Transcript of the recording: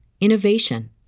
innovation